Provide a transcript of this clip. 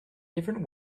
different